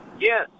Yes